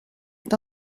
est